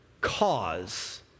cause